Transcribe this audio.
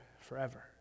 forever